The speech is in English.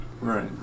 Right